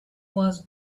was